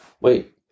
wait